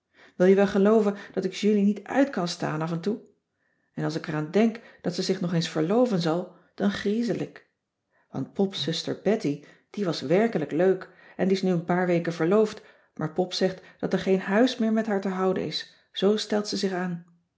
wil je wel gelooven dat ik julie niet uit kan staan af en toe en als ik er aan denk dat ze zich nog eens verloven zal dan griezel ik want pops zuster betty die was werkelijk leuk en die is nu een paar weken verloofd maar pop zegt dat er geen huis meer met haar te houden is zoo stelt ze zich aan